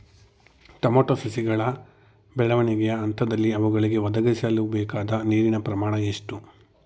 Tomato ಸಸಿಗಳ ಬೆಳವಣಿಗೆಯ ಹಂತದಲ್ಲಿ ಅವುಗಳಿಗೆ ಒದಗಿಸಲುಬೇಕಾದ ನೀರಿನ ಪ್ರಮಾಣ ಎಷ್ಟು?